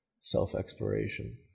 self-exploration